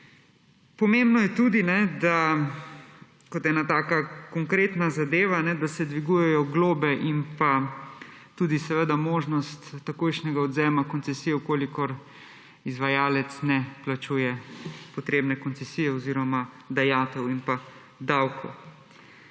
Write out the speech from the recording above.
Pomembno je tudi kot ena taka konkretna zadeva, da se dvigujejo globe in je možnost takojšnjega odvzema koncesije, če izvajalec ne plačuje potrebne koncesije oziroma dajatev in davkov.